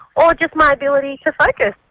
or just my ability to focus.